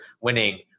winning